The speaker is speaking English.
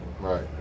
right